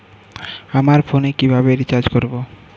আমার ফোনে কিভাবে রিচার্জ করবো?